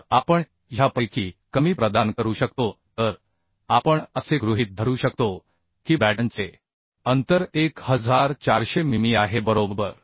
तर आपण ह्यापैकी कमी प्रदान करू शकतो तर आपण असे गृहीत धरू शकतो की बॅटनचे अंतर 1400 मिमी आहे बरोबर